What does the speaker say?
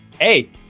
hey